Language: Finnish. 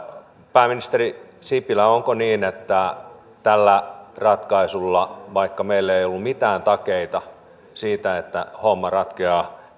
pääministeri sipilä onko niin että tällä ratkaisulla vaikka meillä ei ollut mitään takeita siitä että homma ratkeaa